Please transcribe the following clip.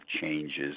changes